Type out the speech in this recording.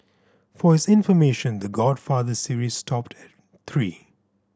for his information The Godfather series stopped at three